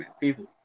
people